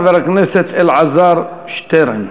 חבר הכנסת אלעזר שטרן,